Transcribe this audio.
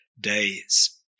days